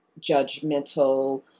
judgmental